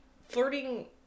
flirting